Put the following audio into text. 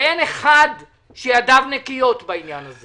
ואין אחד שידיו נקיות בעניין הזה